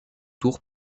tour